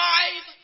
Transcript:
Five